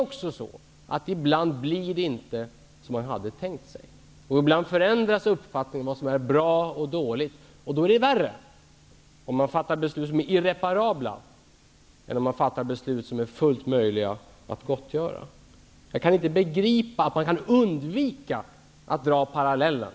Men ibland blir det inte som man hade tänkt sig. Ibland förändras uppfattningen om vad som är bra och vad som är dåligt. Då är det värre om man fattar beslut som är irreparabla än om man fattar beslut som är fullt möjliga att gottgöra. Jag kan inte begripa att man kan undvika att dra paralleller.